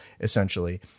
essentially